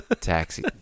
Taxi